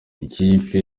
ikipe